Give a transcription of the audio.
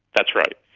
that's right.